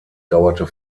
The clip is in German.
dauerte